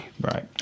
Right